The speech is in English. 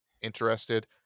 interested